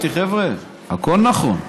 אמרתי: חבר'ה, הכול נכון,